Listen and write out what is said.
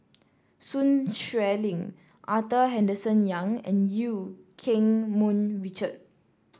Sun Xueling Arthur Henderson Young and Eu Keng Mun Richard